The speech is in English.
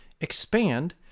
expand